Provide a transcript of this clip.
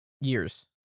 Years